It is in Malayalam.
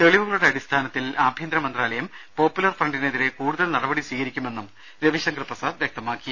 തെളി വുകളുടെ അടിസ്ഥാനത്തിൽ ആഭ്യന്തരമന്ത്രാലയം പോപ്പുലർ ഫ്രണ്ടിനെ തിരെ കൂടുതൽ നടപടികൾ സ്വീകരിക്കുമെന്നും രവിശങ്കർ പ്രസാദ് വൃക്ത മാക്കി